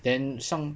then 上